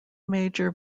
major